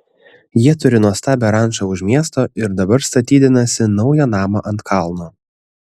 jie turi nuostabią rančą už miesto ir dabar statydinasi naują namą ant kalno